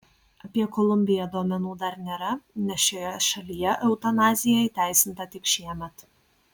apie kolumbiją duomenų dar nėra nes šioje šalyje eutanazija įteisinta tik šiemet